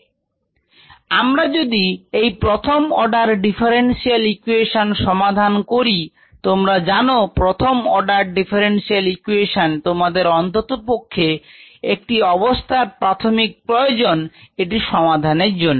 dxdtμx আমরা যদি এই প্রথম অর্ডার ডিফারেন্সিয়াল ইকুয়েশন সমাধান করি তোমাদের অন্ততপক্ষে একটি প্রাথমিক অবস্থার প্রয়োজন প্রথম অর্ডার ডিফারেন্সিয়াল ইকুয়েশন সমাধানের জন্য